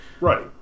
Right